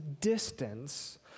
distance